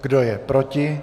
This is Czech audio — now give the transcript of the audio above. Kdo je proti?